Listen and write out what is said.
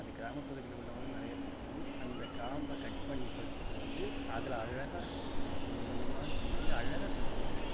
அது கிராம பகுதியில் உள்ளவங்களுக்கு நெறைய தெரியும் அந்த காம்பை கட் பண்ணி பறிச்சிகிட்டு வந்து அதில் அழகாக கொஞ்ச கொஞ்சமாக கிள்ளி அழகாக கட்டும் அது